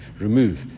remove